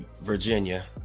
Virginia